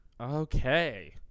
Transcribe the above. Okay